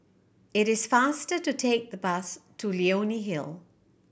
it is faster to take the bus to Leonie Hill